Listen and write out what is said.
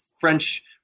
French